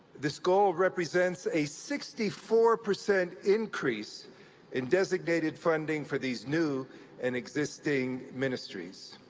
this goal represents a sixty four percent increase in designated funding for these new and existing ministry so